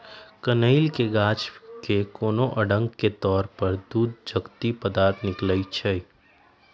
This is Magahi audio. कनइल के गाछ के कोनो अङग के तोरे पर दूध जकति पदार्थ निकलइ छै